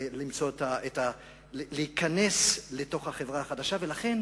להיכנס לחברה החדשה, ולכן